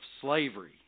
slavery